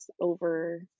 over